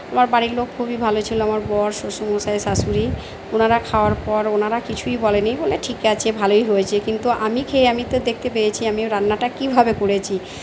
আমার বাড়ির লোক খুবই ভালো ছিল আমার বর শ্বশুরমশাই শাশুড়ি ওনারা খাবার পর ওনারা কিছুই বলে নি বলে ঠিক আছে ভালোই হয়েছে কিন্তু আমি খেয়ে আমি তো দেখতে পেয়েছি আমিও রান্নাটা কীভাবে করেছি